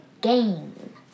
game